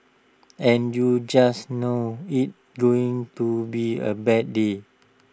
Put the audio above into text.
and you just know it's going to be A bad day